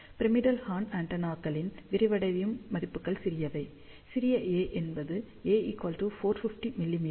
pyramidal horn ஆண்டெனாக்களின் விரிவடையும் மதிப்புகள் சிறியவை சிறிய ஏ என்பது A 450 மிமீ